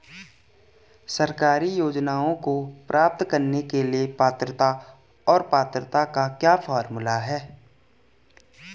सरकारी योजनाओं को प्राप्त करने के लिए पात्रता और पात्रता का क्या फार्मूला है?